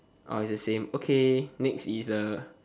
ah its the same okay next is the